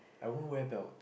I won't wear belt